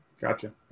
Gotcha